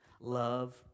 love